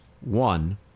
One